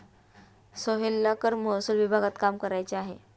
सोहेलला कर महसूल विभागात काम करायचे आहे